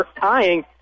tying